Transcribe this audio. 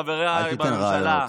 חבריי בממשלה,